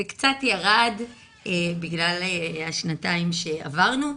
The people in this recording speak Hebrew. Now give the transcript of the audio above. זה קצת ירד בגלל השנתיים שעברנו,